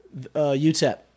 UTEP